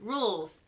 Rules